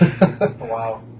Wow